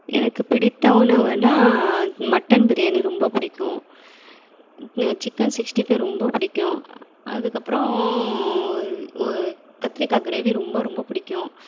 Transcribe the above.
எனக்கு பிடித்த உணவுனால் மட்டன் பிரியாணி ரொம்ப பிடிக்கும் சிக்கன் சிக்ஸ்ட்டி ஃபைவ் ரொம்ப பிடிக்கும் அதுக்கப்புறம் கத்திரிக்காய் க்ரேவி ரொம்ப ரொம்ப பிடிக்கும்